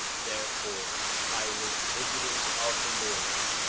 therefore i was visited of the lord,